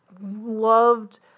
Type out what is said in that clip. loved